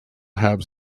have